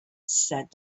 said